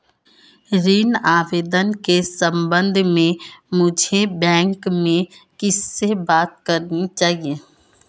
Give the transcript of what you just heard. ऋण आवेदन के संबंध में मुझे बैंक में किससे बात करनी चाहिए?